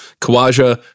Kawaja